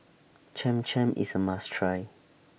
Cham Cham IS A must Try